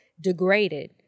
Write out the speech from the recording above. degraded